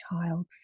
child